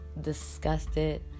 disgusted